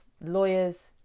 lawyers